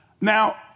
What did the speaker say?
Now